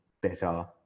better